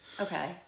Okay